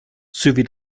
sowie